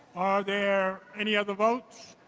there any other votes?